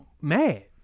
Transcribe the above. mad